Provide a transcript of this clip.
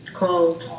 called